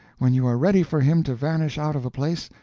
when you are ready for him to vanish out of a place,